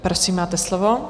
Prosím, máte slovo.